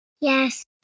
yes